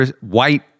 white